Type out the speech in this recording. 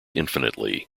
infinitely